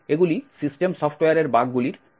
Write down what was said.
এগুলি সিস্টেম সফ্টওয়্যারের বাগগুলির এই বিভাগে পড়ে